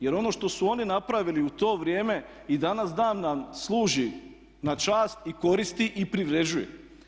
Jer ono što su oni napravili u to vrijeme i danas dan nam služi na čast i koristi i privređuje.